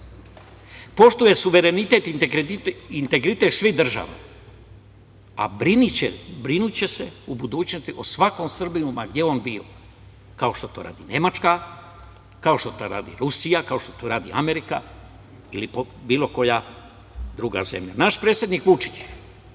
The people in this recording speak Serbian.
poštuje suverenitet i integritet svih država, a brinuće se u budućnosti o svakom Srbinu ma gde on bio, kao što to radi Nemačka, kao što to radi Rusija, kao što to radi Amerika ili bilo koja druga zemlja. Naš predsednik Vučić je